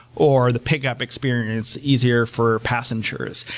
or the pickup experience easier for passengers.